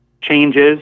changes